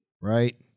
right